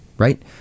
Right